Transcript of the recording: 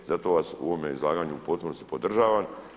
I zato vas u ovome izlaganju u potpunosti podržavam.